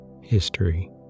History